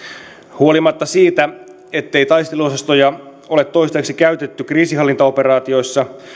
huolimatta siitä ettei taisteluosastoja ole toistaiseksi käytetty kriisinhallintaoperaatioissa